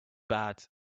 bad